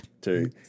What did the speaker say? Two